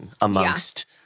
amongst